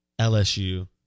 LSU